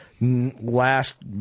Last